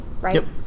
right